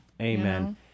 Amen